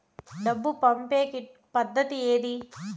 డబ్బు పంపేకి పద్దతి ఏది